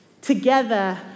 Together